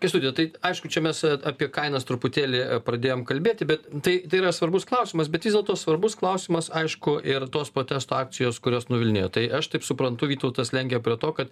kęstuti tai aišku čia mes apie kainas truputėlį pradėjom kalbėti bet tai tai yra svarbus klausimas bet vis dėlto svarbus klausimas aišku ir tos protesto akcijos kurios nuvilnijo tai aš taip suprantu vytautas lenkia prie to kad